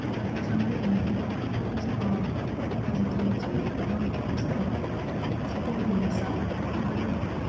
but for some reason if you don't focus on positivity, if you don't focus on supporting yourself, nobody will.